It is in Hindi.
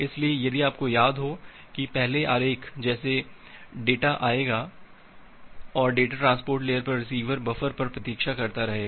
इसलिए यदि आपको याद हो कि पहले आरेख जैसे डेटा आएगा और डेटा ट्रांसपोर्ट लेयर पर रिसीवर बफर पर प्रतीक्षा करता रहेगा